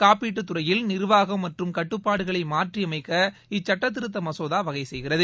காப்பீட்டு துறையில் நிர்வாகம் மற்றும் கட்டுப்பாடுகளை மாற்றியமைக்க இச்சட்டத்திருத்த மசோதா வகை செய்கிறது